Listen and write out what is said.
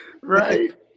right